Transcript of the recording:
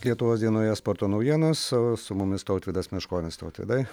lietuvos dienoje sporto naujienos su mumis tautvydas meškonis tautvydai